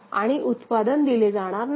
आणि उत्पादन दिले जाणार नाही